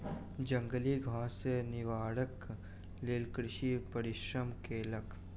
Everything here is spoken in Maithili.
जंगली घास सॅ निवारणक लेल कृषक परिश्रम केलक